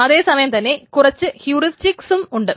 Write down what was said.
അതേസമയം തന്നെ കുറച്ച് ഹ്യൂറസ്റ്റിക്സും ഉണ്ട്